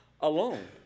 alone